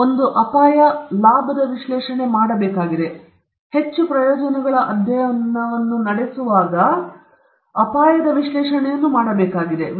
ಆದ್ದರಿಂದ ಒಂದು ಅಪಾಯ ಲಾಭದ ವಿಶ್ಲೇಷಣೆ ಮಾಡಬೇಕಾಗಿದೆ ಮತ್ತು ಹೆಚ್ಚು ಪ್ರಯೋಜನಗಳ ಅಧ್ಯಯನವನ್ನು ನಡೆಸಬಹುದಾಗಿದ್ದರೆ